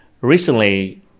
Recently